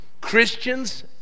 Christians